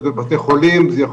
גם